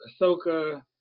ahsoka